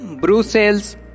Brussels